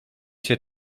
się